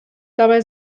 dabei